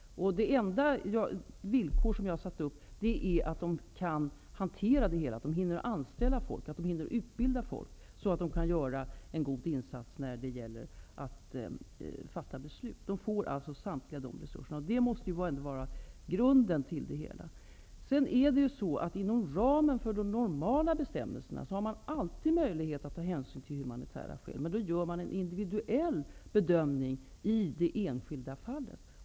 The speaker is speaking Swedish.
Det enda villkor jag satt upp är att de kan hantera det hela, att de hinner anställa människor och utbilda dem så att de kan göra en god insats när det gäller att fatta beslut. De får resurserna, och det måste vara grunden till det hela. Inom ramen för de ordinarie bestämmelserna finns det alltid möjlighet att ta hänsyn till humanitära skäl. Då görs en individuell bedömning i det enskilda fallet.